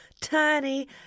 tiny